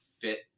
fit